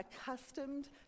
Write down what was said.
accustomed